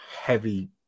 heavy